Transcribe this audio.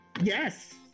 Yes